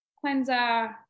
cleanser